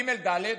ג' וד',